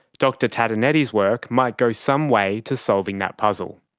dr tatonetti's work might go some way to solving that puzzle.